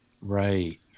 right